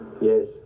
yes